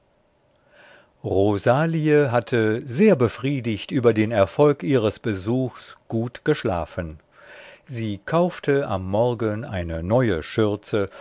rosalie hatte sehr befriedigt über den erfolg ihres besuchs gut geschlafen sie kaufte am morgen eine neue schürze